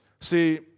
See